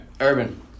Urban